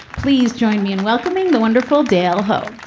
please join me in welcoming the wonderful dale ho.